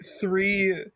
three